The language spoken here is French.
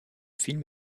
film